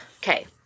Okay